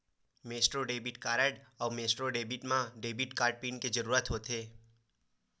Maestro debit card अउ master debit म debit card PIN के जरूरत होथे